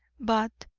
but,